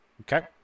Okay